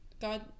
God